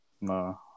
No